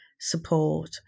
support